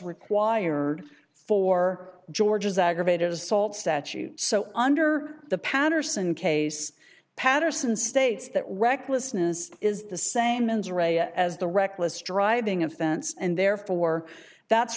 required for georgia's aggravated assault statute so under the patterson case patterson states that recklessness is the same mens rea as the reckless driving offense and therefore that's